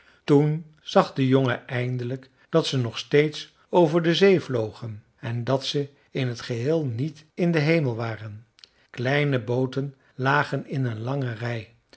toen zag de jongen eindelijk dat ze nog steeds over de zee vlogen en dat ze in t geheel niet in den hemel waren kleine booten lagen in een lange rij